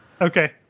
Okay